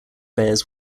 bears